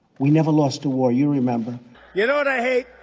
we never lost a war. you remember you know what i